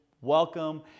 welcome